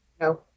no